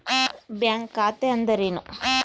Bank ಖಾತೆ ಅಂದರೆ ಏನು?